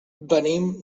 venim